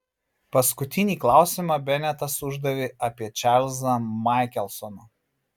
paskutinį klausimą benetas uždavė apie čarlzą maikelsoną